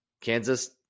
Kansas